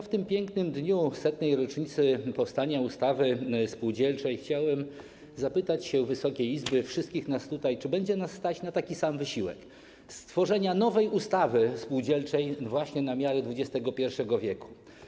W tym pięknym dniu 100. rocznicy powstania ustawy spółdzielczej chciałbym zapytać się Wysokiej Izby, wszystkich nas tutaj, czy będzie nas stać na taki sam wysiłek stworzenia nowej ustawy spółdzielczej na miarę XXI w.